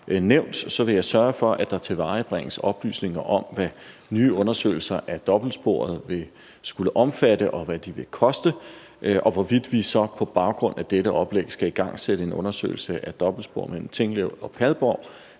nævnt, vil jeg sørge for, at der tilvejebringes oplysninger om, hvad nye undersøgelser af dobbeltsporet vil skulle omfatte, og hvad de vil koste. Og hvorvidt vi så på baggrund af dette oplæg skal igangsætte en undersøgelse af dobbeltsporet mellem Tinglev og Padborg,